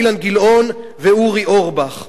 אילן גילאון ואורי אורבך.